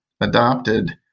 adopted